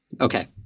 Okay